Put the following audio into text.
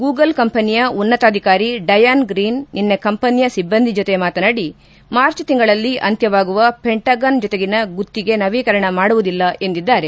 Google ಕಂಪನಿಯ ಉನ್ನತಾಧಿಕಾರಿ Diane Greene ನಿನ್ನೆ ಕಂಪನಿಯ ಸಿಬ್ಬಂದಿ ಜೊತೆ ಮಾತನಾಡಿ ಮಾರ್ಚ್ ತಿಂಗಳಲ್ಲಿ ಅಂತ್ಯವಾಗುವ ಪೆಂಟಗನ್ ಜೊತೆಗಿನ ಗುತ್ತಿಗೆ ನವೀಕರಣ ಮಾಡುವುದಿಲ್ಲ ಎಂದಿದ್ದಾರೆ